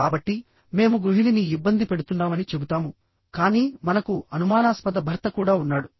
కాబట్టిమేము గృహిణిని ఇబ్బంది పెడుతున్నామని చెబుతాము కానీ మనకు అనుమానాస్పద భర్త కూడా ఉన్నాడు